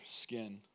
skin